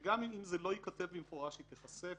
גם אם זה לא ייכתב במפורש, היא תיחשף.